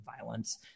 violence